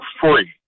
free